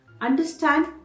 Understand